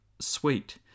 sweet